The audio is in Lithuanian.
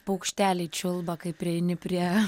paukšteliai čiulba kai prieini prie